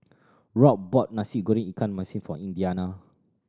Rob bought Nasi Goreng ikan masin for Indiana